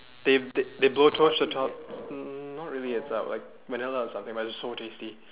they they they blow torch the top mm not really it's like vanilla or something but it's so tasty